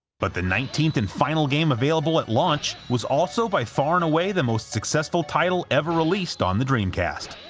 but the nineteenth and final game available at launch was also by far and away the most successful title ever released on the dreamcast.